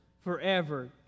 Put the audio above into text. forever